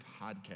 Podcast